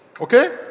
Okay